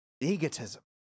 egotism